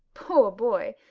poor boy!